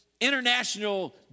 international